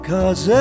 Cause